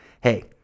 Hey